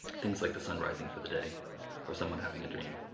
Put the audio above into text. things like the sun rising for the day or someone having a dream.